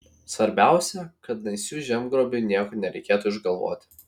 svarbiausia kad naisių žemgrobiui nieko nereikėtų išgalvoti